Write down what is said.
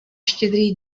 štědrý